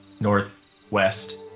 northwest